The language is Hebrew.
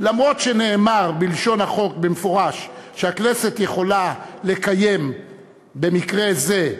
למרות שנאמר בלשון החוק במפורש שהכנסת יכולה לקיים במקרה זה,